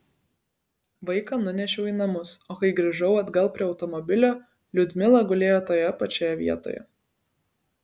vaiką nunešiau į namus o kai grįžau atgal prie automobilio liudmila gulėjo toje pačioje vietoje